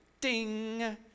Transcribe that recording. ding